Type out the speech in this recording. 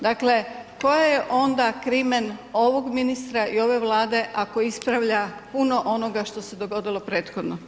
Dakle, koja je onda krimen ovog ministra i ove Vlade ako ispravlja puno onoga što se dogodilo prethodno?